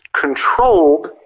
controlled